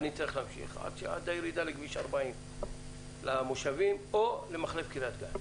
אני צריך להמשיך עד לירידה לכביש 40 למושבים או למחלף קריית גת.